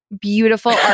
beautiful